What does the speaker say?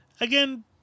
again